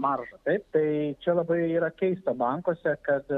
marža taip tai čia labai yra keista bankuose kad